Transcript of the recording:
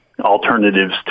alternatives